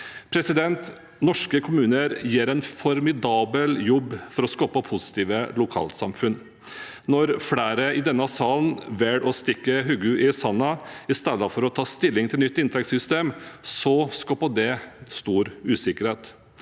Norske kommuner gjør en formidabel jobb for å skape positive lokalsamfunn. Når flere i denne salen velger å stikke hodet i sanden i stedet for å ta stilling til et nytt inntektssystem, skaper det stor usikkerhet.